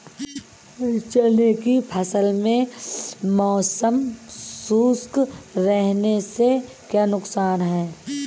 चने की फसल में मौसम शुष्क रहने से क्या नुकसान है?